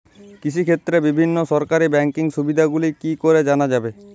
কৃষিক্ষেত্রে বিভিন্ন সরকারি ব্যকিং সুবিধাগুলি কি করে জানা যাবে?